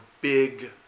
big